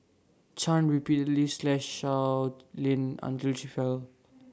chan repeatedly slashed Sow Lin until she fell